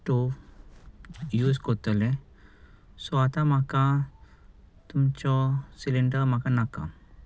stove use कोत्तोले so आतां म्हाका तुमचो सिलींडर म्हाका नाका